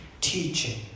teaching